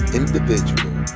individual